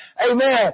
Amen